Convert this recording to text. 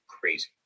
Crazy